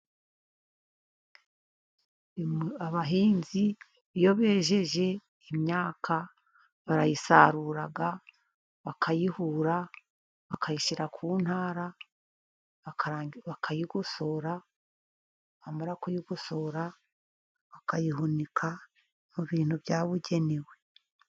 Abahinzi iyo bejeje imyaka, barayisarura, bakayihura, bakayishyira ku ntara, bakayigosora. Bamara kuyigosora, bakayihunika mu bintu byabugenewe.